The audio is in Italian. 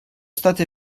state